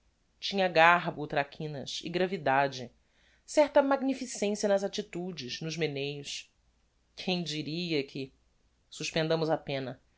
tinha garbo o traquinas e gravidade certa magnificencia nas attitudes nos meneios quem diria que suspendamos a penna